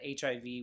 hiv